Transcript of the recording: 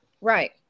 right